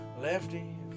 Lefty